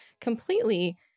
completely